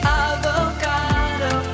avocado